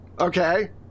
okay